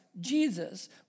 Jesus